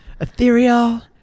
ethereal